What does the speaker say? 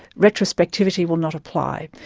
retrospectivity will not apply.